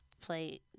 Play